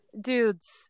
dudes